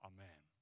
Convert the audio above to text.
Amen